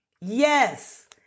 Yes